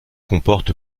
comporte